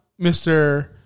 Mr